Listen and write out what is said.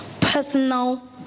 personal